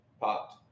popped